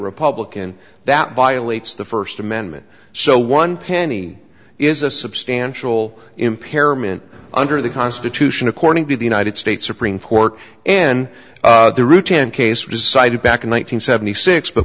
republican that violates the first amendment so one penny is a substantial impairment under the constitution according to the united states supreme court in the routine case decided back in one nine hundred seventy six but